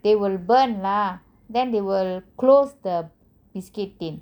they will burn lah then they will close the biscuit tin